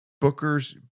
Booker's